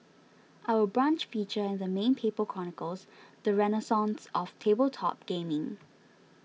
Our Brunch feature in the main paper chronicles the renaissance of tabletop gaming